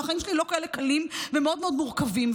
והחיים שלי לא כאלה קלים ומאוד מאוד מורכבים.